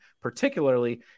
particularly